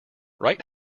right